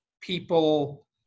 people